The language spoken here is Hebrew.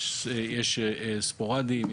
יש ספורדים,